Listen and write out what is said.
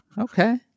Okay